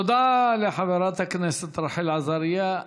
תודה לחברת הכנסת רחל עזריה.